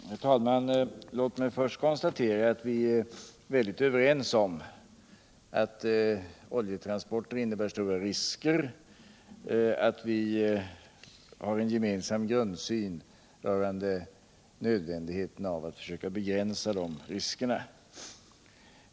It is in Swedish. Herr talman! Låt mig till att börja med konstatera att vi verkligen är överens om att oljetransporter innebär stora risker och att vi har en gemensam grundsyn rörande nödvändigheten av att försöka begränsa de riskerna.